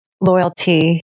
loyalty